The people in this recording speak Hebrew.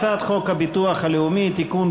הצעת חוק הביטוח הלאומי (תיקון,